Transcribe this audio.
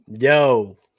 yo